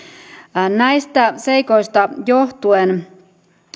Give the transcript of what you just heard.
näistä seikoista johtuen